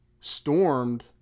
stormed